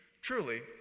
Truly